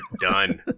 done